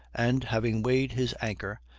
and, having weighed his anchor,